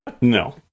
No